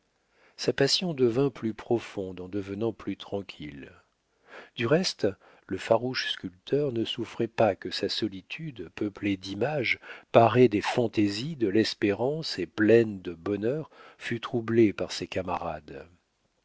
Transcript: sa passion devint plus profonde en devenant plus tranquille du reste le farouche sculpteur ne souffrait pas que sa solitude peuplée d'images parée des fantaisies de l'espérance et pleine de bonheur fût troublée par ses camarades